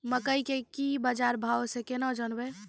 मकई के की बाजार भाव से केना जानवे?